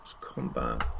combat